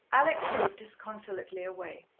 alex moved disconsolately away,